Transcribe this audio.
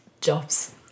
jobs